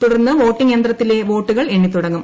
തുടർന്ന് വോട്ടിംഗ് യത്ത്രിത്തിലെ വോട്ടുകൾ എണ്ണിതുടങ്ങും